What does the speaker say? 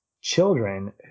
children